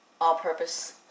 all-purpose